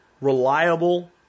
reliable